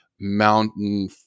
mountain